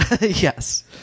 Yes